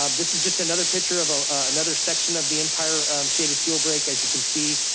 um this is just another picture of ah another section of the empire shaded fuel break. as you can see,